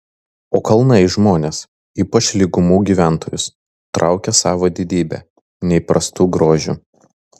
o kalnai žmones ypač lygumų gyventojus traukia savo didybe neįprastu grožiu